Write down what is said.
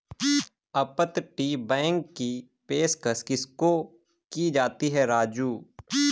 अपतटीय बैंक की पेशकश किसको की जाती है राजू?